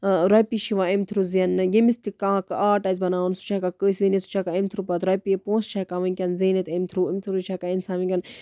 رۄپیہِ چھِ یِوان اَمہِ تھروٗ زینہٕ ییٚمِس تہِ کانٛہہ آرٹ آسہِ بَناوُن سُہ چھُ ہیٚکان کٲنٛسہِ أنِتھ سُہ چھُ ہیٚکان اَمہِ تھروٗ پتہٕ رۄپیہِ پونٛسہٕ چھُ ہیٚکان ؤنکیٚن زیٖنِتھ اَمہِ تھروٗ اَمہِ تھروٗ چھُ ہیٚکان اِنسان ؤنکیٚن